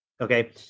Okay